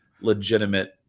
legitimate